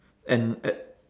and at